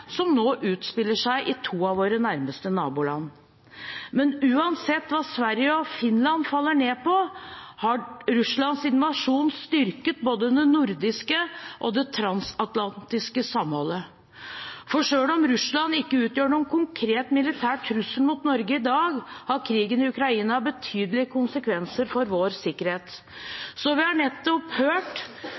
som nå utspiller seg i to av våre nærmeste naboland. Men uansett hva Sverige og Finland faller ned på, har Russlands invasjon styrket både det nordiske og det transatlantiske samholdet. For selv om Russland ikke utgjør noen konkret militær trussel mot Norge i dag, har krigen i Ukraina betydelige konsekvenser for vår sikkerhet. Så har vi nettopp hørt